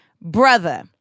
brother